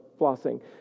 flossing